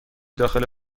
داخل